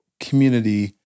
Community